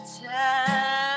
time